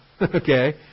Okay